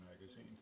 magazine